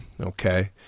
Okay